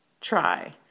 try